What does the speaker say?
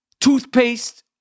toothpaste